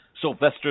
Sylvester